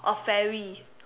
a fairy